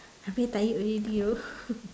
I very tired already oh